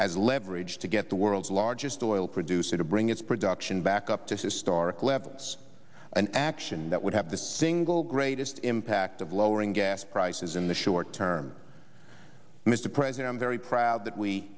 as leverage to get the world's largest oil producer to bring its production back up to historic levels an action that would have the single greatest impact of lowering gas prices in the short term mr president i'm very proud that we